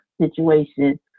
situation